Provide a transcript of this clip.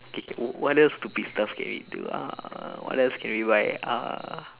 K K what else stupid stuff can we do uh what else can we buy uh